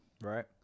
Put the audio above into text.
Right